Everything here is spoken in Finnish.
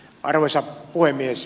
arvoisa puhemies